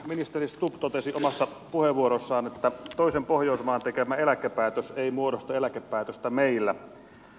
ministeri stubb totesi omassa puheenvuorossaan että toisen pohjoismaan tekemä eläkepäätös ei muodosta eläkepäätöstä meillä